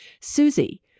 Susie